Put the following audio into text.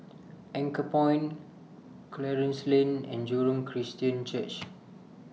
Anchorpoint Clarence Lane and Jurong Christian Church